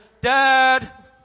dad